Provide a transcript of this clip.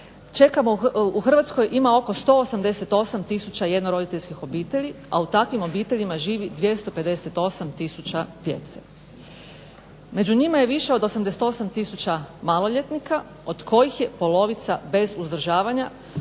sunce, u Hrvatskoj ima oko 188000 jednoroditeljskih obitelji, a u takvim obiteljima živi 258000 djece. Među njima je više od 88000 maloljetnika od kojih je polovica bez uzdržavanja